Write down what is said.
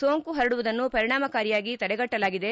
ಸೋಂಕು ಪರಡುವುದನ್ನು ಪರಿಣಾಮಕಾರಿಯಾಗಿ ತಡೆಗಟ್ಟಲಾಗಿದೆ